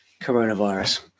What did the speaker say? coronavirus